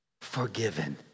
forgiven